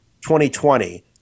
2020